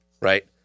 right